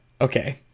Okay